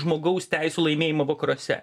žmogaus teisių laimėjimą vakaruose